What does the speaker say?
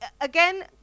again